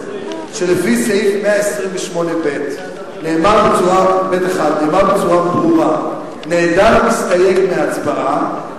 שבסעיף 128(ב)(1) נאמר בצורה ברורה: "נעדר המסתייג מהצבעה,